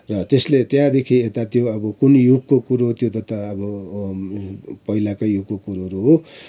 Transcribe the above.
र त्यसले त्यहाँदेखि यता त्यो अब कुन युगको कुरो हो त्यो त अब पहिलाको युगको कुरोहरू हो